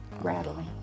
rattling